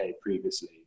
previously